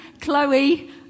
Chloe